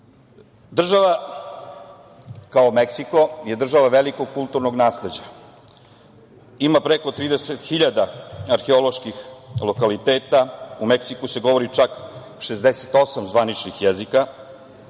kao Meksiko je država velikog kulturnog nasleđa, ima preko 30.000 arheoloških lokaliteta, u Meksiku se govori čak 68 zvaničnih jezika.